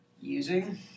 using